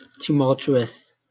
tumultuous